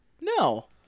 no